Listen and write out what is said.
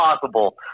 possible